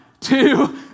two